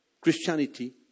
Christianity